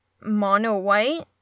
mono-white